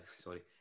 sorry